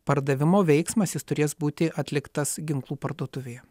pardavimo veiksmas jis turės būti atliktas ginklų parduotuvėje